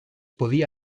podía